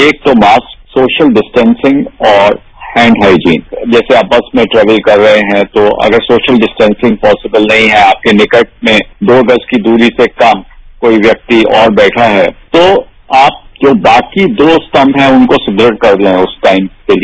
एक तो mask social distancing और हैंड हाइजीन जैसे आपस में ट्रेवल कर रहे हैं तो अगर सोशल डिस्टेंसिंग पॉसिबल नहीं है आपके निकट में दो गज की दूरी से कम कोई व्यक्ति और बैठा है तो आप जो बाकी दो स्तंभ है उनको सुदुढ़ कर रहे हैं उस टाइम के लिए